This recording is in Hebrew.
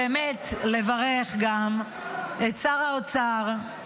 באמת לברך גם את שר האוצר,